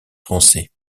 français